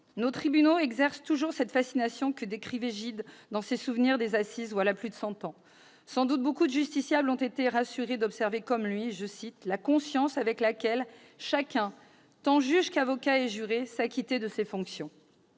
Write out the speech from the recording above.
Nos tribunaux exercent toujours cette fascination que décrivait Gide dans ses voilà plus de cent ans. Sans doute, beaucoup de justiciables ont été rassurés d'observer comme lui « la conscience avec laquelle chacun, tant juges qu'avocats et jurés, s'acquittait de ses fonctions ».